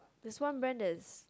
there's one brand that's